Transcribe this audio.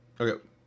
Okay